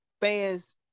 fans